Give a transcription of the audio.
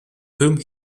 whom